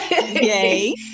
Yay